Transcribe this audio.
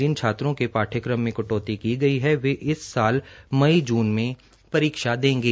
जिन छात्रों के पाठ्यकम में कटौती की गई है वे इस साल मई जून में परीक्षा देंगे